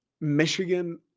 Michigan